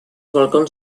balcons